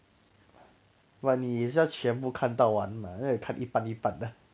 but 你也是要全部看到完 mah 哪里有看一半一半的